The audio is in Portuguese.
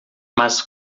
mas